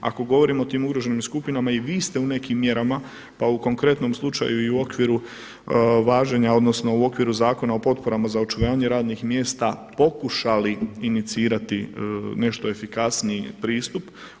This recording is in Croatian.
Ako govorimo o tim ugroženim skupinama i vi ste u nekim mjerama, pa u konkretnom slučaju i u okviru važenja odnosno u okviru Zakona o potporama za očuvanje radnih mjesta pokušali inicirati nešto efikasniji pristup.